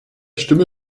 stimme